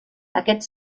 aquest